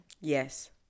Yes